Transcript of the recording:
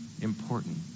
important